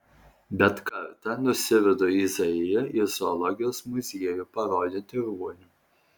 bet kartą nusivedu izaiją į zoologijos muziejų parodyti ruonių